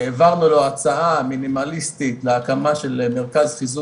אבל גם לנושא השיטפונות אנחנו כבר תקופה ארוכה עם השירות ההידרולוגי